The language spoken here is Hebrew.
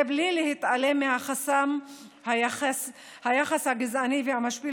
זה בלי להתעלם מחסם היחס הגזעני והמשפיל